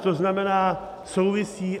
To znamená, souvisí.